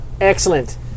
Excellent